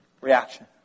Reaction